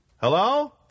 Hello